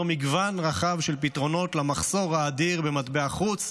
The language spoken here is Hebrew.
מגוון רחב של פתרונות למחסור האדיר במטבע חוץ,